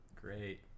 Great